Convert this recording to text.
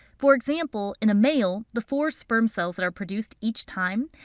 for example, in a male the four sperms cells that are produced each time,